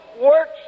works